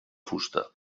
fusta